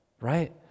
right